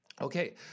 okay